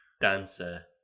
Dancer